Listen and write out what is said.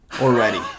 already